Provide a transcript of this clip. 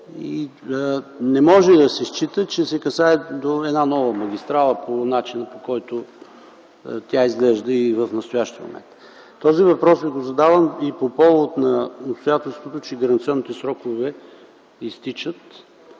Не може да се счита, че се касае до една нова магистрала, по начина, по който тя изглежда и е в настоящия момент. Този въпрос Ви го задавам и по повод на обстоятелството, че гаранционните срокове изтичат